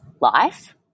life